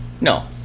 No